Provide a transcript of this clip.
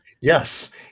Yes